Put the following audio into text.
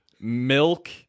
Milk